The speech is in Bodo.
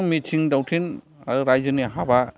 गोबां मिथिं दावथिं आरो रायजोनि हाबा